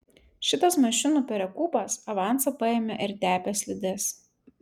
šitas mašinų perekūpas avansą paėmė ir tepė slides